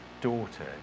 daughter